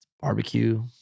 Barbecue